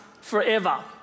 forever